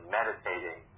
meditating